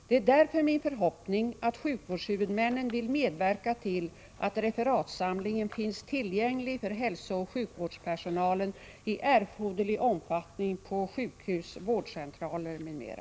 Det är därför min förhoppning att sjukvårdshuvudmännen vill medverka till att referatsamlingen finns tillgänglig för hälsooch sjukvårdspersonalen i erforderlig omfattning på sjukhus, vårdcentraler m.m.